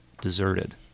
deserted